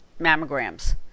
mammograms